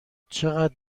چقدر